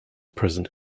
present